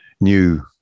new